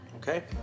Okay